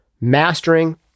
Mastering